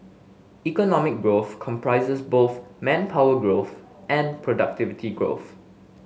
economic growth comprises both manpower growth and productivity growth